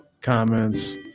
comments